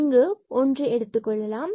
இங்கு ஒன்றை எடுத்துக் கொள்ளலாம்